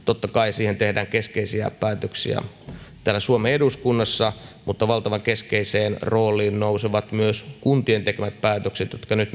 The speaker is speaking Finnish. totta kai tehdään keskeisiä päätöksiä täällä suomen eduskunnassa mutta valtavan keskeiseen rooliin nousevat myös kuntien tekemät päätökset